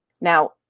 Now